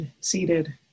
seated